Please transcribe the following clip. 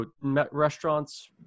restaurants